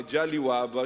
מגלי והבה,